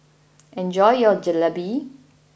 enjoy your Jalebi